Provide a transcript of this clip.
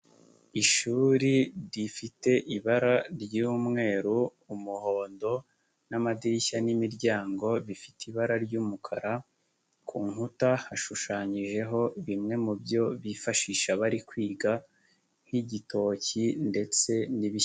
Ishuri rifite ibara ry'umweru, umuhondo n'amadirishya n'imiryango bifite ibara ry'umukara, ku nkuta hashushanyijeho bimwe mu byo bifashisha bari kwiga nk'igitoki ndetse n'ibishyimbo.